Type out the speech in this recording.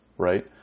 right